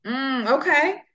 Okay